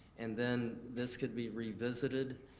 and then this could be revisited.